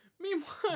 meanwhile